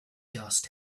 dust